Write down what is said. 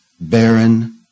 barren